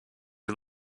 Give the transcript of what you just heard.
you